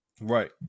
Right